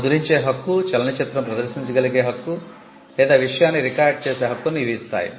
ముద్రించే హక్కు చలనచిత్రం ప్రదర్శించగలిగే హక్కు లేదా విషయాన్ని రికార్డ్ చేసే హక్కును ఇవి ఇస్తాయి